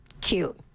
cute